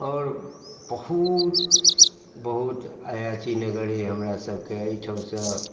आओर बहुत बहुत अयाची नगर यए हमरासभके एहिठामसँ